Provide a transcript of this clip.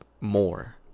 more